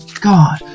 God